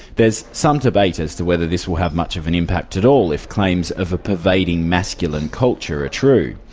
there's some debate as to whether this will have much of an impact at all, if claims of a pervading masculine culture are ah true.